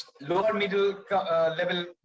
lower-middle-level